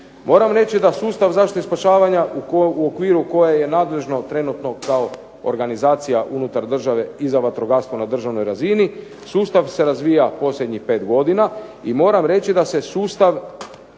Moram reći da sustav zaštite i spašavanja u okviru koje je nadležno trenutno kao organizacija unutar države i za vatrogastvo na državnoj razini sustav se razvija posljednjih pet godina i moram reći da se sustav